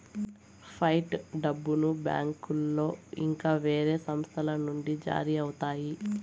fight డబ్బును బ్యాంకులో ఇంకా వేరే సంస్థల నుండి జారీ అవుతాయి